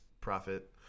profit